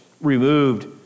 removed